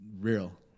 real